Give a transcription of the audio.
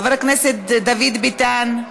חבר הכנסת דוד ביטן,